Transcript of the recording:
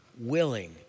Willing